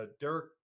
Derek